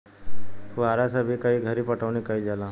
फुहारा से भी ई घरी पटौनी कईल जाता